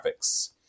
graphics